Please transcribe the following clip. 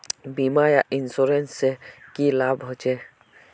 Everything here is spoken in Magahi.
बीमा या इंश्योरेंस से की लाभ होचे?